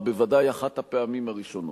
או בוודאי אחת הפעמים הראשונות,